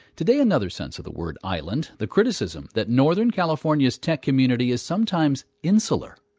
today, another sense of the word island, the criticism that northern california's tech community is sometimes insular